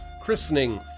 christening